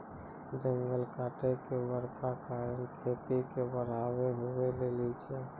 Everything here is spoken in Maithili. जंगल कटाय के बड़का कारण खेती के बढ़ाबै हुवै लेली छै